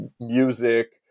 music